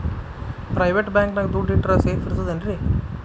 Private bank ನ್ಯಾಗ್ ದುಡ್ಡ ಇಟ್ರ ಸೇಫ್ ಇರ್ತದೇನ್ರಿ?